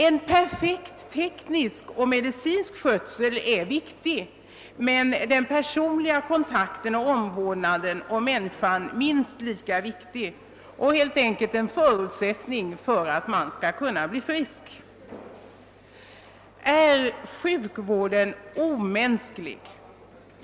En perfekt teknisk och medicinsk skötsel är viktig, men den personliga kontakten och omvårdnaden om människan är minst lika viktig och helt enkelt en förutsättning för att man skall kunna bli frisk. Är sjukvården omänsklig?